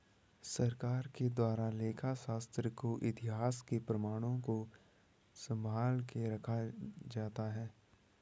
सरकार के द्वारा लेखा शास्त्र का इतिहास के प्रमाणों को सम्भाल के रखा जाता है